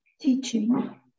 Teaching